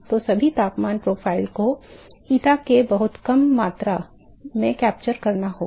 तो सभी तापमान प्रोफाइल को eta के बहुत कम मात्रा में कैप्चर करना होगा